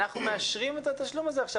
אנחנו מאשרים את התשלום הזה עכשיו.